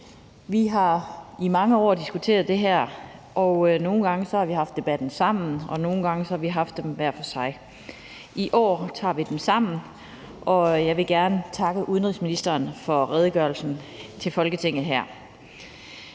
Vi har i mange år diskuteret det her, og nogle gange har vi haft debatterne sammen, og nogle gange har vi haft dem hver for sig. I år tager vi dem sammen. Jeg vil gerne takke udenrigsministeren for redegørelsen til Folketinget her.